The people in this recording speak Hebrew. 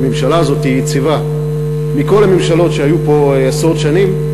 שהממשלה הזאת תהיה יציבה מכל הממשלות שהיו פה עשרות שנים.